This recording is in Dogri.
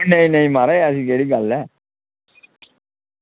नेईं नेईं म्हाराज ऐसी केह्ड़ी गल्ल ऐ